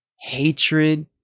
hatred